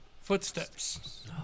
footsteps